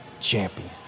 Champion